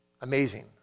amazing